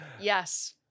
Yes